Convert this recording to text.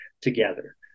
together